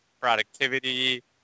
productivity